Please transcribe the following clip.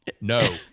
no